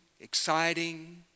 exciting